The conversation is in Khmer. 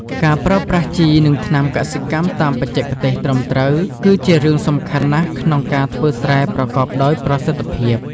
ការប្រើប្រាស់ជី និងថ្នាំកសិកម្មតាមបច្ចេកទេសត្រឹមត្រូវ គឺជារឿងសំខាន់ណាស់ក្នុងការធ្វើស្រែប្រកបដោយប្រសិទ្ធភាព។